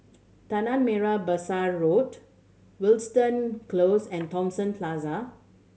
Tanah Merah Besar Road Wilton Close and Thomson Plaza